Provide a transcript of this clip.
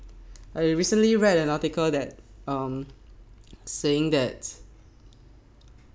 I recently read an article that um saying that